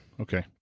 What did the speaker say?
Okay